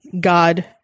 God